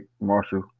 Marshall